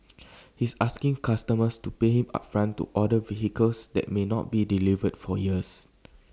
he's asking customers to pay him upfront to order vehicles that may not be delivered for years